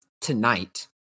tonight